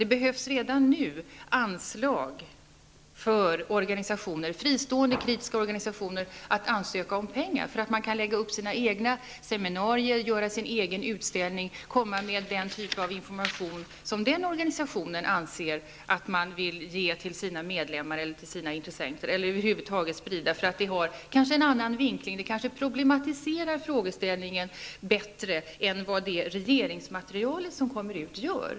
Det behövs redan nu anslag så att fristående och kritiska organisationer kan ansöka om pengar för att lägga upp egna seminarier, anordna egna utställningar och sprida den typ av information som den enskilda organisationen anser vara lämplig för dess medlemmar och andra intresserade. Den informationen har kanske en annan vinkling eller klargör frågeställningen bättre än vad det regeringsmaterial som skall komma ut gör.